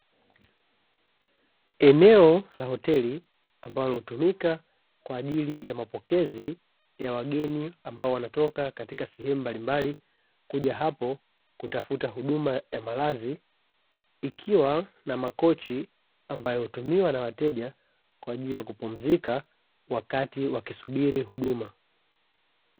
Eneo la hoteli ambalo hutumika kwa ajili ya mapokezi ya wageni ambao wanatoka katika sehemu mbalimbali kuja hapo kutafuta huduma ya malazi, ikiwa na makochi ambayo hutumiwa na wateja kwa ajili ya kupumzika wakati wakisubiri huduma.